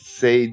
say